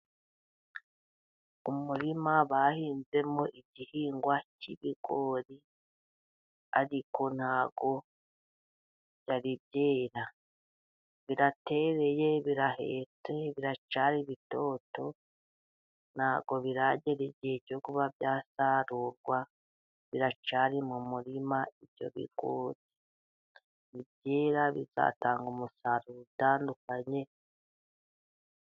Umurima bahinzemo igihingwa cy'ibigori ariko ntabwo birera, biratereye, birahetse biracyari bitoto, ntabwo biragera igihe cyyo kuba byasarurwa, biracyari mu murima, ibyo bigori nibyera bizatanga umusaruro utandukanye.